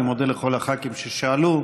אני מודה לכל הח"כים ששאלו,